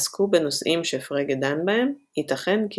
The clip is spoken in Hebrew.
עסקו בנושאים שפרגה דן בהם – ייתכן כי